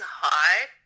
hard